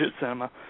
cinema